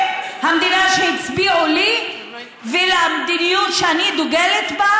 המדינה שהצביעו לי ולמדיניות שאני דוגלת בה,